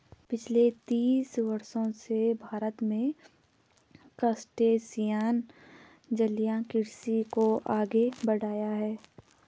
पिछले तीस वर्षों से भारत में क्रस्टेशियन जलीय कृषि को आगे बढ़ाया है